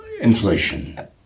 inflation